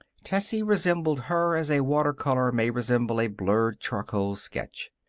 tessie resembled her as a water color may resemble a blurred charcoal sketch.